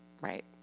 right